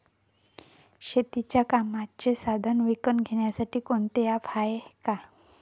शेतीच्या कामाचे साधनं विकत घ्यासाठी कोनतं ॲप हाये का?